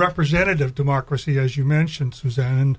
representative democracy as you mentioned suzanne and